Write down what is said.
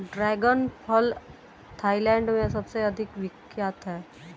dragon फल Thailand में सबसे अधिक विख्यात है